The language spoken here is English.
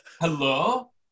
Hello